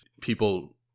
people